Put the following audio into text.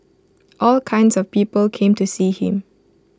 all kinds of people came to see him